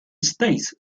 states